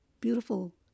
beautiful